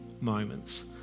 moments